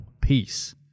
peace